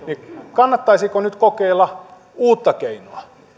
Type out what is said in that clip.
kannattaisiko nyt kokeilla uutta keinoa